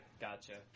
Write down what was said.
Gotcha